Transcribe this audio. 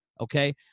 okay